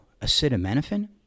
acetaminophen